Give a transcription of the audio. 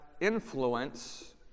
influence